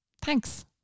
thanks